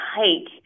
hike